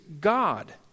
God